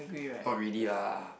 not really lah